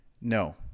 no